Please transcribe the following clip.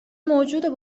موجود